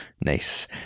Nice